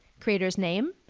creator's name,